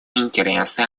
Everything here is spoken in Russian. интересы